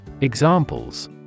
Examples